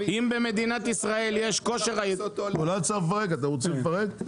אתם רוצים לפרק?